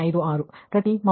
056 ಪ್ರತಿ ಮೌಲ್ಯ